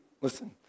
Listen